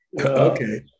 Okay